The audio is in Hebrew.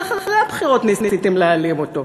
ואחרי הבחירות ניסיתם להעלים אותו,